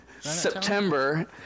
September